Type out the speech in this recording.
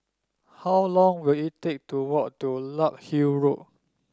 how long will it take to walk to Larkhill Road